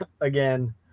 again